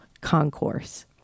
Concourse